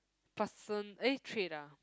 person eh trait ah